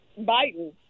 Biden